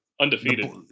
Undefeated